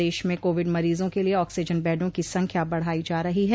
प्रदेश में कोविड मरीजों के लिये ऑक्सीजन बेडों की संख्या बढ़ाई जा रही है